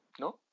No